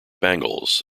bangles